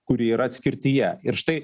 kuri yra atskirtyje ir štai